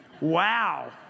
Wow